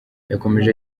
yakomeje